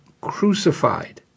crucified